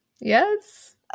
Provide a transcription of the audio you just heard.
Yes